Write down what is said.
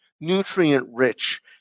nutrient-rich